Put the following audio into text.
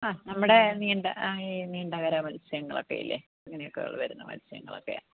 ആ നമ്മുടെ നീണ്ട നീണ്ടകര മത്സ്യങ്ങളൊക്കെ ഇല്ലേ അങ്ങനെയൊക്കെ വരുന്ന മത്സ്യങ്ങളൊക്കെയാണ്